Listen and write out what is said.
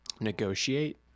negotiate